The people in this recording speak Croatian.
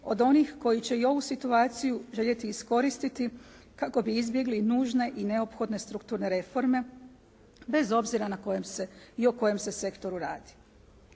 od onih koji će i ovu situaciju željeti iskoristiti kako bi izbjegli nužne i neizbježne strukturne reforme, bez obzira i o kojem se sektoru radi.